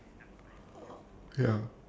some some people have lah but